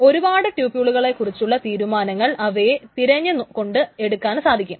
ഒരുപാട് ട്യൂപ്യൂളുകളെക്കുറിച്ചുള്ള തീരുമാനങ്ങൾ അവയെ തെരഞ്ഞുകൊണ്ട് എടുക്കാൻ സാധിക്കും